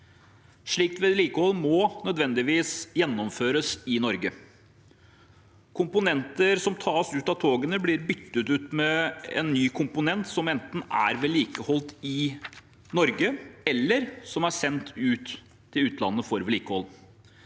Slikt vedlikehold må nødvendigvis gjennomføres i Norge. Komponenter som tas ut av togene, blir byttet ut med en ny komponent som enten er vedlikeholdt i Norge, eller som er sendt til utlandet for vedlikehold.